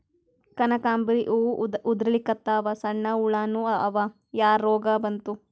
ಕನಕಾಂಬ್ರಿ ಹೂ ಉದ್ರಲಿಕತ್ತಾವ, ಸಣ್ಣ ಹುಳಾನೂ ಅವಾ, ಯಾ ರೋಗಾ ಬಂತು?